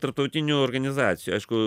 tarptautinių organizacijų aišku